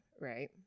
right